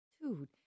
Dude